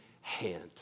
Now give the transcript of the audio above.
hand